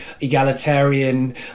egalitarian